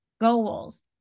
goals